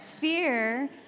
Fear